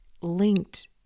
linked